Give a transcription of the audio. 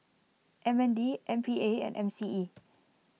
M N D M P A and M C E